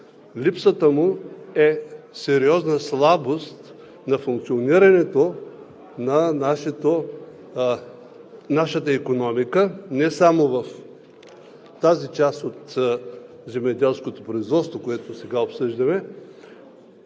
Липсата му е сериозна слабост на функционирането на нашата икономика не само в тази част от земеделското производство, което сега обсъждаме,